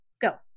Go